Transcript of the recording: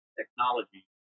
technology